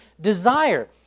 desire